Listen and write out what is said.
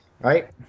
Right